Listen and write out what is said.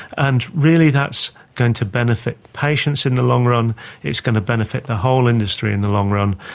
and really that's going to benefit patients in the long run it's going to benefit the whole industry in the long run,